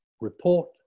report